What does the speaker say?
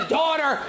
daughter